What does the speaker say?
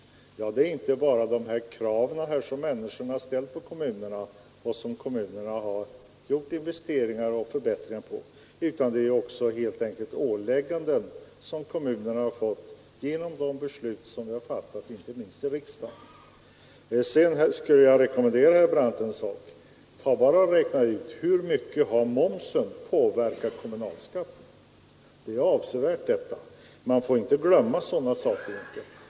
Höjningen har orsakats inte bara av de krav människorna ställt på kommunerna och kommunernas investeringar för att göra förbättringar utan också av ålägganden som kommunerna fått genom de beslut vi har fattat inte minst i riksdagen. Sedan skulle jag vilja rekommendera herr Brandt att räkna ut hur mycket momsen har påverkat kommunalskatten. Det är avsevärt. Man får inte glömma sådana saker.